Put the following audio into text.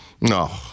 No